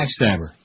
backstabber